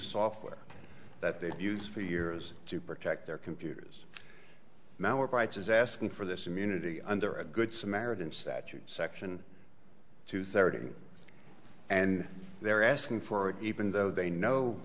software that they use for years to protect their computers now of rights is asking for this immunity under a good samaritan statute section two thirty and they're asking for it even though they know